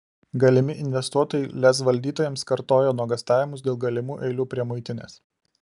galimi investuotojai lez valdytojams kartojo nuogąstavimus dėl galimų eilių prie muitinės